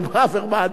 אבל ברוורמן,